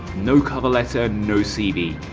no cover letter, no cv,